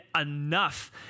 enough